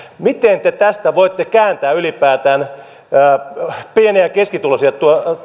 miten te tämän voitte kääntää ylipäätään niin että pieni ja keskituloisille